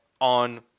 on